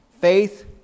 Faith